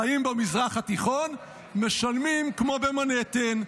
חיים במזרח התיכון משלמים כמו במנהטן.